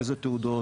אילו תעודות?